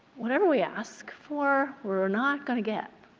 whatever we ask for, we are not going to get.